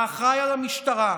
האחראי על המשטרה,